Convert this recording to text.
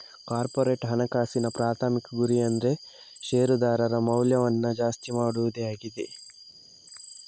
corporate ಹಣಕಾಸಿನ ಪ್ರಾಥಮಿಕ ಗುರಿ ಅಂದ್ರೆ ಶೇರುದಾರರ ಮೌಲ್ಯವನ್ನ ಜಾಸ್ತಿ ಮಾಡುದೇ ಆಗಿದೆ